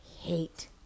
hate